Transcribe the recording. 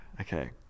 Okay